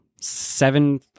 seven